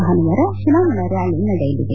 ಭಾನುವಾರ ಚುನಾವಣಾ ರ್ನಾಲಿ ನಡೆಯಲಿದೆ